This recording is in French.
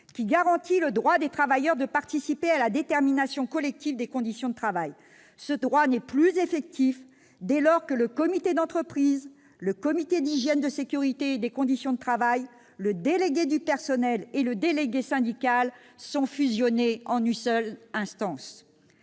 qui garantit le droit des travailleurs à participer à la détermination collective des conditions de travail. Ce droit n'est plus effectif dès lors que le comité d'entreprise, le comité d'hygiène, de sécurité et des conditions de travail, le délégué du personnel et le délégué syndical sont fusionnés en une seule instance.